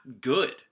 good